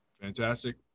Fantastic